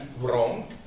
wrong